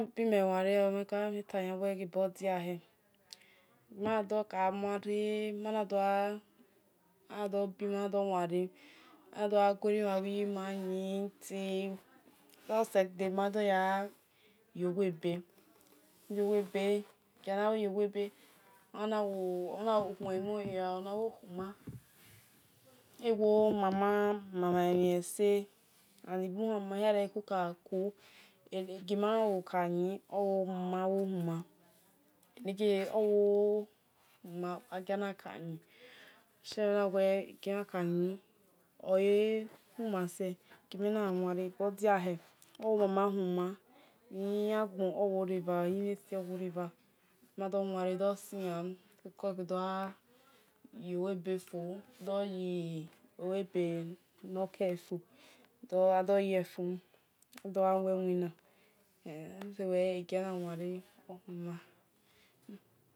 Ebayabi mel wanre oi gualor nimel tah ebo diahe mana do a bime mel na dor wanre wel na dogha guerime bhiyime wel na dogha guerime bhiyime yin till okue doseghe nimu ya gha ijo owebe egiane yowebe ona wo khuemhe hia onawo huma ewo mama mama-mhi ese obhoma ni mo ko yaku egima woka yin owo mama humu egianoka yin owo mama huma uyin mhi agbo owore bha uyi mhi esi rebha manu dor wanre dor sian makue bhe dor yin owebe fo akue ghi dor yi oweba nokele fo dor iyue fo dogha wel iwina oni shie na wanre ohuma